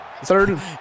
third